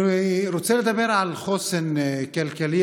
אני רוצה לדבר על חוסן כלכלי,